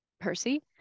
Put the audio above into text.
Percy